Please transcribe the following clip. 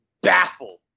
baffled